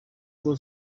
ngo